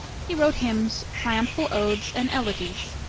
he wrote hymns, triumphal odes, and elegies.